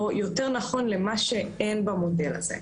או יותר נכון למה שאין במודל הזה.